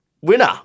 Winner